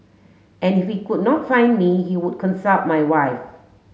and if he could not find me he would consult my wife